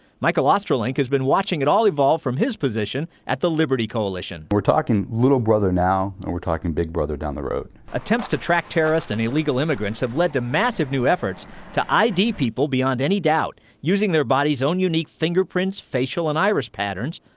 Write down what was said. michael austrolink has been watching it all evolve from his position at the liberty coalition. we're talking little brother now, and we're talking big brother down the road. attempts to track terrorists and illegal immigrants have led to massive new efforts to id people beyond any doubt using their bodies own unique fingerprints, facial, and iris patterns,